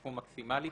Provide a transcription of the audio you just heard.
סכום מקסימלי,